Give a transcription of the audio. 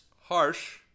Harsh